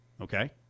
Okay